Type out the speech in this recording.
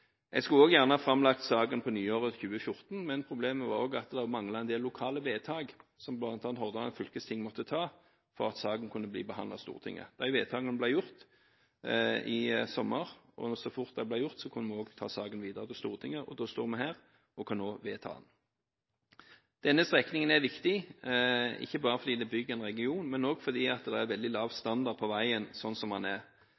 Jeg skulle også gjerne ha framlagt saken på nyåret 2014, men problemet var også at det manglet en del lokale vedtak som bl.a. Hordaland fylkesting måtte fatte for at saken kunne bli behandlet av Stortinget. De vedtakene ble fattet i sommer, og så fort de ble fattet, kunne vi ta saken videre til Stortinget. Nå står vi her og kan vedta dette. Denne strekningen er viktig, ikke bare fordi den bygger en region, men også fordi det er veldig lav standard på veien slik som den er.